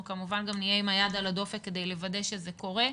אנחנו כמובן גם נהיה עם היד על הדופק כדי לוודא שזה קורה.